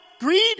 Greed